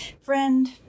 Friend